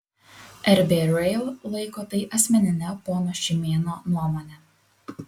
rb rail laiko tai asmenine pono šimėno nuomone